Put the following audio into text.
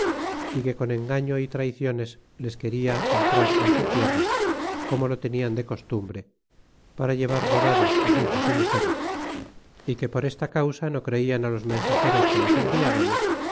y que con engaño y traiciones les quería entrar en su tierra como lo tenian de costumbre para llevar robados sus hijos y mugeres y que por esta causa no creian los mensageros que les enviábamos